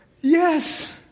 Yes